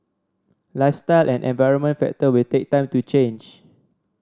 lifestyle and environmental factor will take time to change